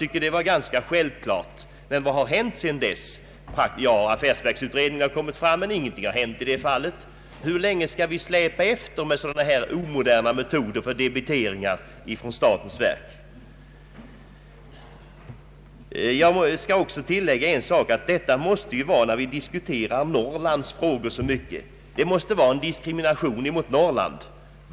Jag anser att detta var självklart, men vad har hänt sedan dess? Ja, affärsverksutredningen har lagt fram förslag, men ingenting har hänt. Hur länge skall vi släpa efter med dylika omoderna metoder för debiteringar från statens verk? Jag skall också tillägga — eftersom vi så ofta diskuterar Norrlands problem — att detta system måste innebära en diskriminering av Norrland.